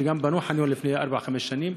אומנם בנו חניון לפני ארבע-חמש שנים,